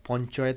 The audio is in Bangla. পঞ্চায়েত